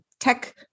Tech